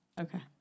Okay